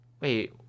Wait